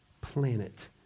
planet